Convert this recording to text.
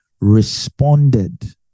responded